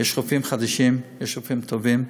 יש רופאים חדשים, יש רופאים טובים.